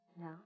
No